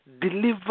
deliver